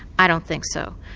i don't think so.